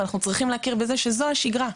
אבל אנחנו צריכים להכיר בזה שזו השגרה.